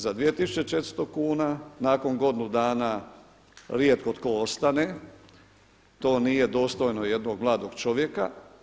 Za 2400 kuna nakon godinu dana rijetko tko ostane, to nije dostojno jednog mladog čovjeka.